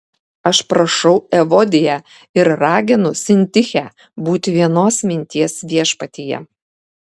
aš prašau evodiją ir raginu sintichę būti vienos minties viešpatyje